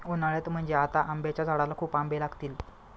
उन्हाळ्यात म्हणजे आता आंब्याच्या झाडाला खूप आंबे लागतील